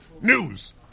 News